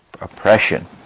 oppression